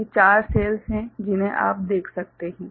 तो ये चार सेल्स हैं जिन्हें आप देख सकते हैं